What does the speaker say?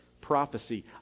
prophecy